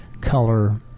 color